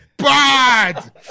Bad